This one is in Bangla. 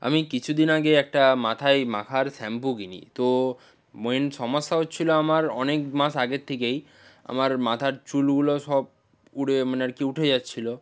আমি কিছু দিন আগে একটা মাথায় মাখার শ্যাম্পু কিনি তো মেন সমস্যা হচ্ছিল আমার অনেক মাস আগে থেকেই আমার মাথার চুলগুলো সব উড়ে মানে আর কি উঠে যাচ্ছিল